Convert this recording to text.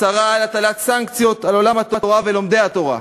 הצהרה על הטלת סנקציות על עולם התורה ולומדי התורה.